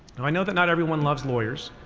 and i know that not everyone loves lawyers,